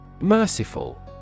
Merciful